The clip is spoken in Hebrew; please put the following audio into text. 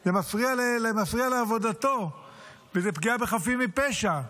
זה מפריע לעבודתו ולפגיעה בחפים מפשע.